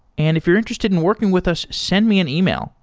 and if you're interested in working with us, send me an email,